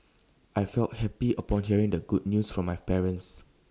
I felt happy upon hearing the good news from my parents